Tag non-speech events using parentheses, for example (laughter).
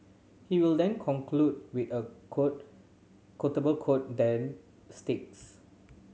he will then conclude with a (unintelligible) quotable quote that sticks